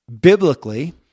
Biblically